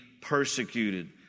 persecuted